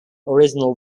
original